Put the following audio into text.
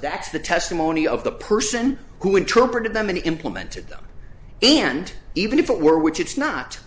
that's the testimony of the person who interpreted them and implemented them and even if it were which it's not